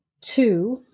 two